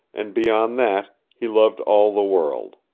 and beyond that he loved all the world.